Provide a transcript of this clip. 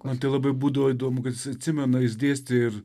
man tai labai būdavo įdomu kad jis atsimena jis dėstė ir